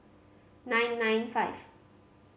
nine nine five